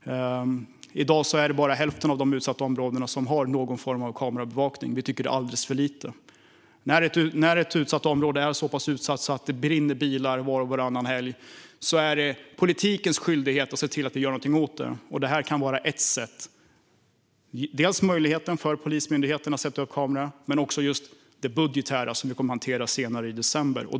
I dag har bara hälften av de utsatta områdena någon form av kameraövervakning. Vi tycker att det är alldeles för lite. När ett område är så pass utsatt att det brinner bilar var och varannan helg är det politikens skyldighet att göra något åt det. Detta kan vara ett sätt. Det gäller dels Polismyndighetens möjlighet att sätta upp kameror, dels det budgetära, som vi kommer att hantera senare i december.